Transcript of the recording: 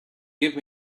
give